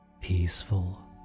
peaceful